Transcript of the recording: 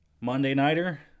Monday-Nighter